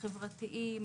החברתיים,